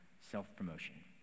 self-promotion